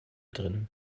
drinnen